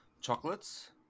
chocolates